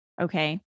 Okay